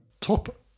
top